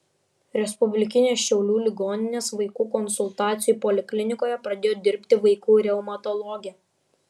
respublikinės šiaulių ligoninės vaikų konsultacijų poliklinikoje pradėjo dirbti vaikų reumatologė